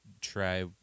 try